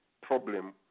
problem